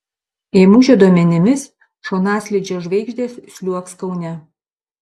ėmužio duomenimis šonaslydžio žvaigždės sliuogs kaune